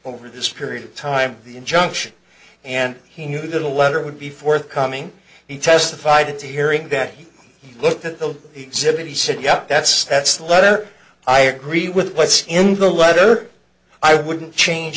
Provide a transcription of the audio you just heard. over this period of time the injunction and he knew that a letter would be forthcoming he testified to hearing that he looked at the exhibit he said yup that's that's the letter i agree with what's in the letter i wouldn't change